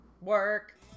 work